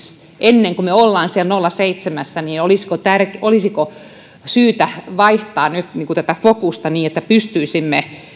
ennen kuin me olemme siellä nolla pilkku seitsemässä olisiko nyt syytä vaihtaa tätä fokusta niin että pystyisimme